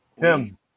Tim